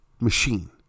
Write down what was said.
machine